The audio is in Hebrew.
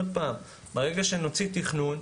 ברגע שנוציא תכנון,